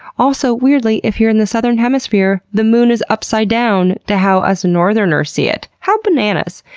also, weirdly, if you're in the southern hemisphere, the moon is upside down to how us northerners see it. how bananas!